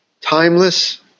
Timeless